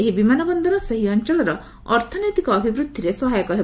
ଏହି ବିମାନ ବନ୍ଦର ସେହି ଅଞ୍ଚଳର ଅର୍ଥନୈତିକ ଅଭିବୃଦ୍ଧିରେ ସହାୟକ ହେବ